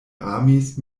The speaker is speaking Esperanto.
amis